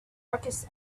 darkest